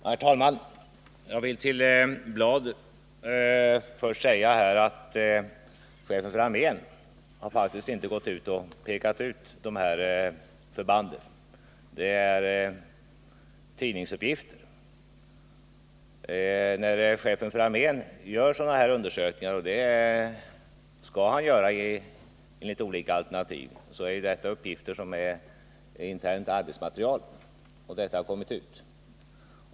Herr talman! Jag vill till Lennart Bladh först säga att chefen för armén faktiskt inte har pekat ut de här förbanden. Det är tidningsuppgifter. När chefen för armén gör sådana här undersökningar — och det skall han göra enligt olika alternativ — är det fråga om uppgifter som är internt arbetsmaterial, och detta har kommit ut.